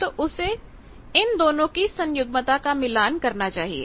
तो उसे इन दोनों की सन्युग्मता का मिलान करना चाहिए